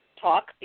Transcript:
talk